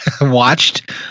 watched